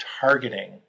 targeting